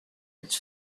its